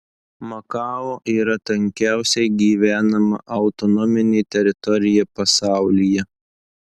makao yra tankiausiai gyvenama autonominė teritorija pasaulyje